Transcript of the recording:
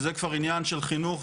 כשליד בור הביוב יש משטח הבטון ,